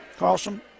Carlson